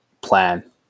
plan